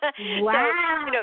Wow